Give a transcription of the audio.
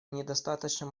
недостаточно